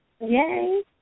Yay